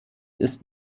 ist